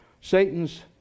Satan's